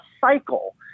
cycle